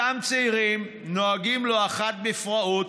אותם צעירים נוהגים לא אחת בפראות,